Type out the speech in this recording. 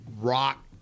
rock